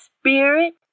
spirit